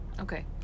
Okay